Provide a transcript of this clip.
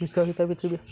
বিকশিত পৃথিৱী